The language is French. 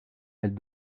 elle